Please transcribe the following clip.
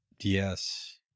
yes